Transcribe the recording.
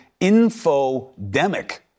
infodemic